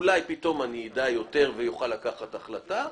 אולי פתאום אני אדע יותר ואוכל לקחת החלטה.